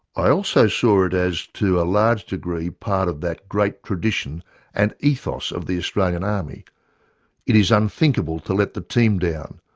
i also saw it as to a large degree part of that great tradition and ethos of the australian army it is unthinkable to let the team down,